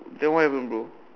then what happened bro